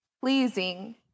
pleasing